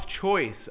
choice